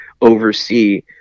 oversee